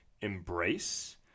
embrace